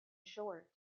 short